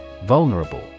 Vulnerable